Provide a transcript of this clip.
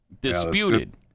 disputed